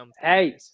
hey